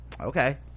okay